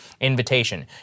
invitation